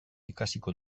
ikasiko